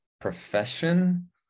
profession